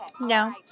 no